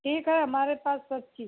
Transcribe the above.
ठीक है हमारे पास सब चीज़ हैं